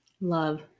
Love